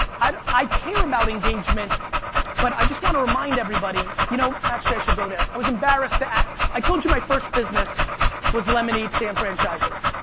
i i care about engagement but i just want to remind everybody, you know actually i should go there. i was embarrassed to, i told you my first business was lemonade stand franchises.